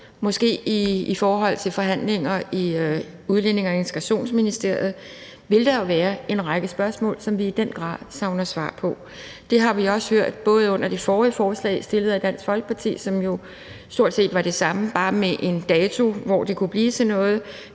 eller i forhandlinger i Udlændinge- og Integrationsministeriet vil blive stillet en række spørgsmål, som vi i den grad savner svar på. Det hørte vi også under det forrige forslag, som er fremsat af Dansk Folkeparti, som jo stort set er om det samme bare med en dato for, hvornår det skal blive til noget.